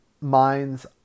minds